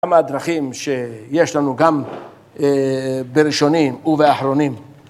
כמה הדרכים שיש לנו גם בראשונים ובאחרונים.